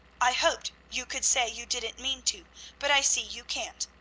i hoped you could say you didn't mean to but i see you can't.